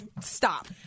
stop